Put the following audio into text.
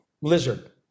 Lizard